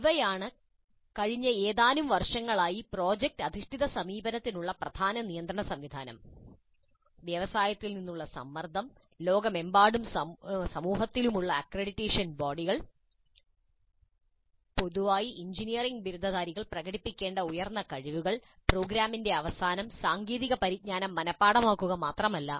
ഇവയാണ് കഴിഞ്ഞ ഏതാനും വർഷങ്ങളായി പ്രോജക്റ്റ് അധിഷ്ഠിത സമീപനത്തിനുള്ള പ്രധാന നിയന്ത്രണ സംവിധാനം വ്യവസായത്തിൽ നിന്നുള്ള സമ്മർദ്ദം ലോകമെമ്പാടും സമൂഹത്തിലുമുള്ള അക്രഡിറ്റേഷൻ ബോഡികൾ പൊതുവായി എഞ്ചിനീയറിംഗ് ബിരുദധാരികൾ പ്രകടിപ്പിക്കേണ്ട ഉയർന്ന കഴിവുകൾ പ്രോഗ്രാമിന്റെ അവസാനം സാങ്കേതിക പരിജ്ഞാനം മനഃപാഠമാക്കുക മാത്രമല്ല